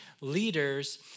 leaders